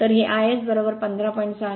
तर हे iS 15